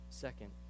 second